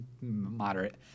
moderate